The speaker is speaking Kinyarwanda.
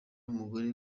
umugore